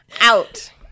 out